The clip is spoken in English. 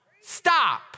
Stop